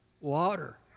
water